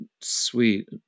sweet